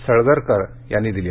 सळगरकर यांनी दिली